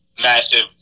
massive